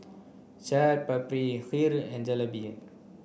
Chaat Papri Heer and Jalebi